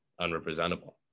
unrepresentable